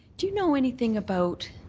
do you know anything about